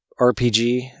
RPG